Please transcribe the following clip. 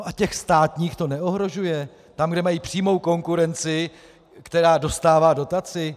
A těch státních to neohrožuje, tam, kde mají přímou konkurenci, která dostává dotaci?